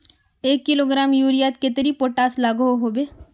दस किलोग्राम यूरियात कतेरी पोटास लागोहो होबे?